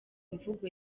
imvugo